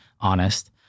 honest